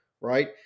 Right